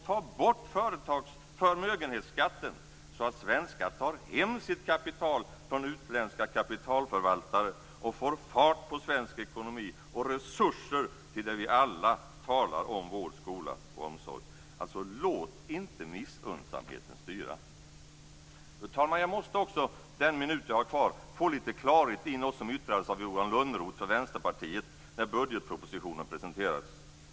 Ta bort förmögenhetsskatten så att svenskar tar hem sitt kapital från utländska kapitalförvaltare och så att vi får fart på svensk ekonomi och resurser till det som vi alla talar om, nämligen vård, skola och omsorg! Låt alltså inte missunnsamheten styra! Fru talman! Jag måste också utnyttja den minut av taletiden som jag har kvar till att efterlysa lite klarhet i något som yttrades av Johan Lönnroth för Vänsterpartiet när budgetpropositionen presenterades.